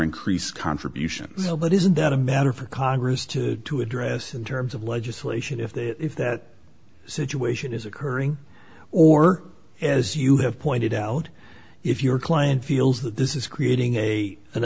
increased contributions but isn't that a matter for congress to to address in terms of legislation if that if that situation is occurring or as you have pointed out if your client feels that this is creating a an